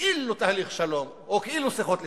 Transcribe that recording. כאילו תהליך שלום או כאילו שיחות לשלום.